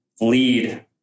lead